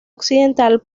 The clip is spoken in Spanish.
occidental